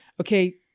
okay